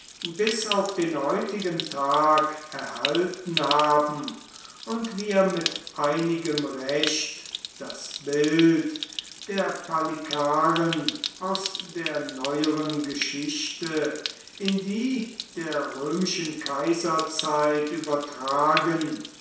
bis auf den heutigen tag erhalten haben und wir mit einigem recht das bild der palikaren aus der neueren geschichte in die der römischen kaiserzeit übertragen